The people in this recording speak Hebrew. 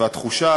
והתחושה,